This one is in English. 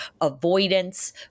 avoidance